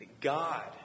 God